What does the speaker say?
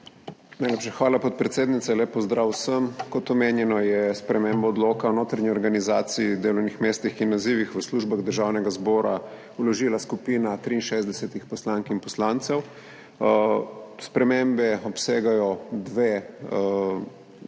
Najlepša hvala, podpredsednica. Lep pozdrav vsem! Kot omenjeno je spremembo Odloka o notranji organizaciji, delovnih mestih in nazivih v službah državnega zbora vložila skupina 63 poslank in poslancev. Spremembe obsegajo v bistvu